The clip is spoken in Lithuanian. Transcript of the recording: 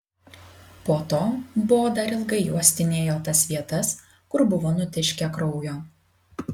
po to bo dar ilgai uostinėjo tas vietas kur buvo nutiškę kraujo